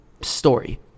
story